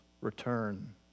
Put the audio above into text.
return